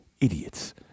idiots